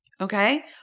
Okay